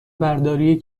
برداری